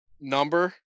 number